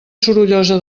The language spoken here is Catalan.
sorollosa